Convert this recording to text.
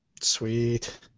Sweet